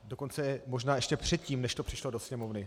Dokonce možná ještě předtím, než to přišlo do Sněmovny.